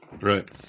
Right